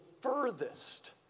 furthest